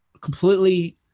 completely